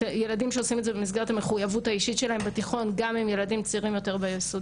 ציינו בשבוע שעבר או לפני שבועיים,